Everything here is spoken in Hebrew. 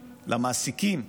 למעסיקים,